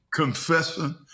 confessing